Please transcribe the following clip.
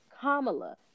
Kamala